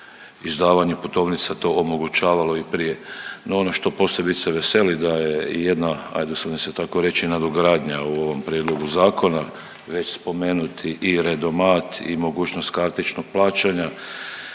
izdavanju putovnica to omogućavalo i prije. No ono što posebice veseli da je i jedna, usudim se tako reći nadogradnja u ovom prijedlogu zakona već spomenuti i redomat i mogućnost kartičnog plaćanja